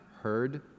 heard